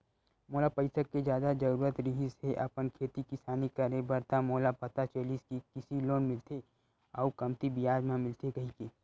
मोला पइसा के जादा जरुरत रिहिस हे अपन खेती किसानी करे बर त मोला पता चलिस कि कृषि लोन मिलथे अउ कमती बियाज म मिलथे कहिके